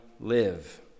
live